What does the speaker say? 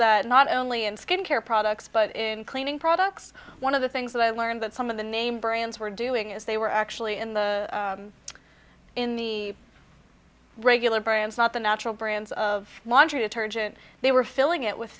that not only in skincare products but in cleaning products one of the things that i learned that some of the name brands were doing is they were actually in the in the regular brands not the natural brands of laundry detergent they were filling it w